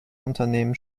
unternehmen